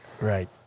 Right